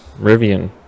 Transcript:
rivian